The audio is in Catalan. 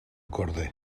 corder